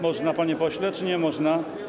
Można, panie pośle, czy nie można?